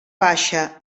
baixa